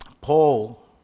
Paul